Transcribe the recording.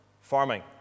farming